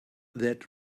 that